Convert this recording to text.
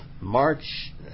March